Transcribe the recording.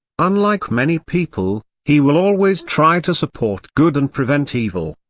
unlike many people, he will always try to support good and prevent evil.